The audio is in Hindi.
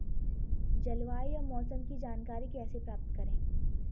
जलवायु या मौसम की जानकारी कैसे प्राप्त करें?